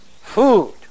Food